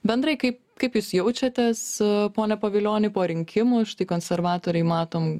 bendrai kaip kaip jūs jaučiatės pone pavilioni po rinkimų konservatoriai matom